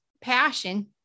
passion